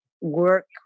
work